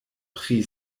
pri